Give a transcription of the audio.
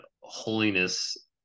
holiness